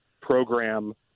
program